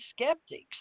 skeptics